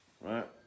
Right